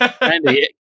andy